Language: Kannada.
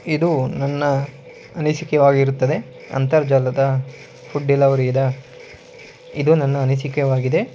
ಇದು ನನ್ನ ಅನಿಸಿಕೆವಾಗಿರುತ್ತದೆ ಅಂತರ್ಜಾಲದ ಫುಡ್ ಡಿಲವರಿದ ಇದು ನನ್ನ ಅನಿಸಿಕೆವಾಗಿದೆ